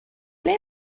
ble